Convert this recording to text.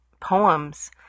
poems